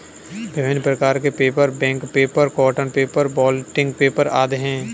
विभिन्न प्रकार के paper, bank paper, cotton paper, blotting paper आदि हैं